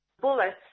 bullets